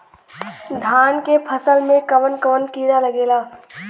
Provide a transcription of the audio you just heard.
धान के फसल मे कवन कवन कीड़ा लागेला?